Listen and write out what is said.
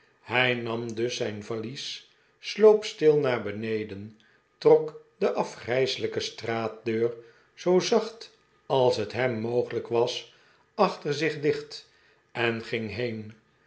hij nam dus zijn varies sloop stil naar beneden trok de afgrijselijke straatdeur zoo zacht als het hem mogelijk was achter zich dicht en ging heen